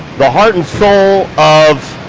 the heart and soul of.